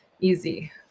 easy